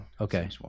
Okay